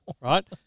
right